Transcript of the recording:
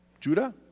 Judah